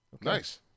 Nice